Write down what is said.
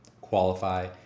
qualify